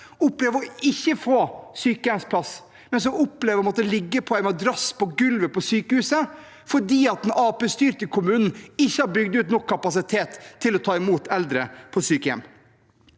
opplever ikke å få sykehjemsplass og å måtte ligge på en madrass på gulvet på sykehuset fordi den Arbeiderparti-styrte kommunen ikke har bygd ut nok kapasitet til å ta imot eldre på sykehjem.